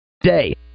Day